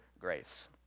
grace